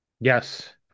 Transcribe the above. Yes